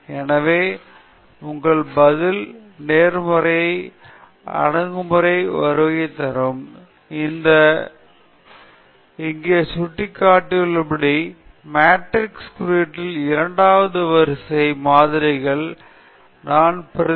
எனவே எங்கள் பதில் மேற்பரப்பு முறை அணுகுமுறைக்கு வருகை தரும் இங்கே காட்டப்பட்டுள்ளபடி மாட்ரிஸ் குறியீட்டில் இரண்டாவது வரிசை மாதிரிகளை நாம் பிரதிநிதித்துவப்படுத்தலாம் பீட்டா நாட் ஹட் மற்றும் x ப்ரிம் BX